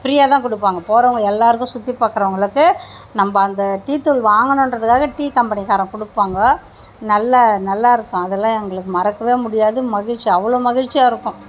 ப்ரீயாகதான் கொடுப்பாங்க போறவங்க எல்லோருக்கும் சுற்றி பாக்கிறவங்களவுக்கு நம்ம அந்த டீ தூள் வாங்கணும்ன்றதுக்காக டீ கம்பனிகாரன் கொடுப்பாங்க நல்லா நல்லாயிருக்கும் அதலாம் எங்களுக்கு மறக்க முடியாது மகிழ்ச்சி அவ்வளோ மகிழ்ச்சியாக இருக்கும்